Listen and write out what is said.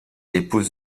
épouse